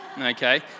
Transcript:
okay